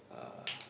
uh